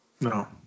No